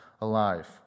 alive